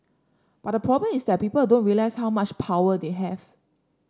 but the problem is that people don't realise how much power they have